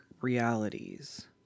realities